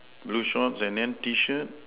blue shorts and then T shirt